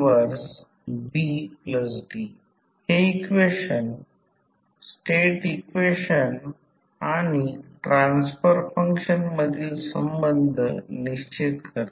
1BD हे equation state equation आणि transfer function मधील संबंध निश्चित करते